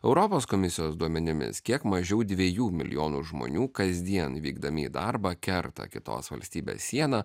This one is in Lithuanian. europos komisijos duomenimis kiek mažiau dviejų milijonų žmonių kasdien vykdami į darbą kerta kitos valstybės sieną